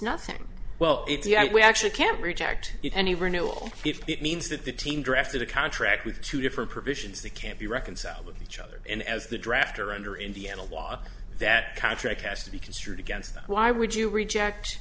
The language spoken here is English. nothing well if you actually can't reject any renewal if it means that the team drafted a contract with two different provisions that can't be reconciled with each other and as the draft or under indiana law that contract has to be construed to go why would you reject